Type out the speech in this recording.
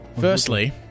firstly